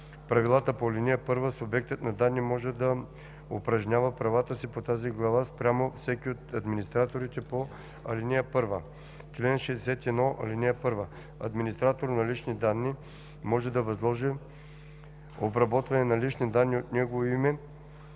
правилата по ал. 1, субектът на данни може да упражнява правата си по тази глава спрямо всеки от администраторите по ал. 1. Чл. 61. (1) Администратор на лични данни може да възложи обработване на лични данни от негово име